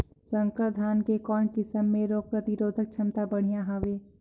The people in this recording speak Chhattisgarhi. संकर धान के कौन किसम मे रोग प्रतिरोधक क्षमता बढ़िया हवे?